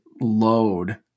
load